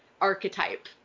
archetype